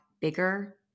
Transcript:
bigger